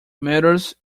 matters